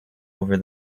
over